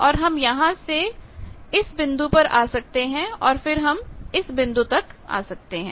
तो हम यहां तो इस बिंदु पर आ सकते हैं या फिर हम इस बिंदु तक आ सकते हैं